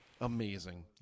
amazing